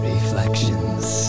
Reflections